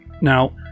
Now